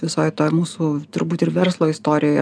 visoj toj mūsų turbūt ir verslo istorijoje